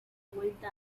vuelta